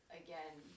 again